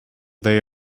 they